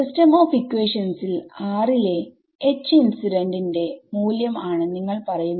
system of ഇക്വേഷൻസിൽ ലെ H incident ന്റെ മൂല്യം ആണ് നിങ്ങൾ പറയുന്നത്